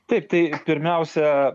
taip tai pirmiausia